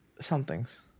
somethings